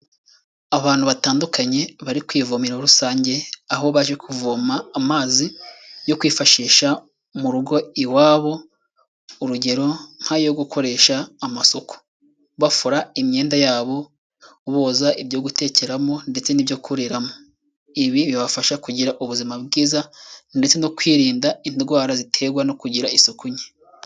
Abantu batandukanye bari ku ivomero rusange, aho baje kuvoma amazi yo kwifashisha mu rugo iwabo, urugero nk'ayo gukoresha amasuku, bafura imyenda yabo, boza ibyo gutekeramo ndetse n'ibyo kuriramo. Ibi bibafasha kugira ubuzima bwiza ndetse no kwirinda indwara ziterwa no kugira isuku nke.